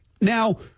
now